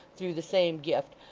through the same gift,